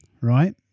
right